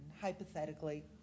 hypothetically